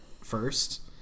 first